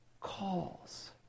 calls